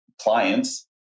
clients